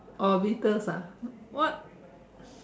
oh Beatles ah what